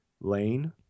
lane